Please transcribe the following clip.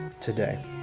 today